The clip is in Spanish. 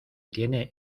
tiene